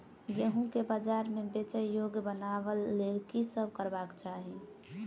गेंहूँ केँ बजार मे बेचै योग्य बनाबय लेल की सब करबाक चाहि?